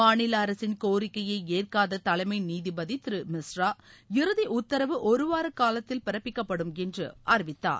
மாநில அரசின் கோரிக்கையை ஏற்காத தலைமை நீதிபதி திரு மிஸ்ரா இறுதி உத்தரவு ஒருவார காலத்தில் பிறப்பிக்கப்படும் என்று அறிவித்தார்